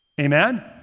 Amen